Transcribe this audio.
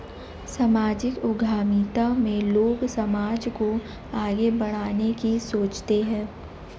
सामाजिक उद्यमिता में लोग समाज को आगे बढ़ाने की सोचते हैं